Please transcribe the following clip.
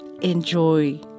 Enjoy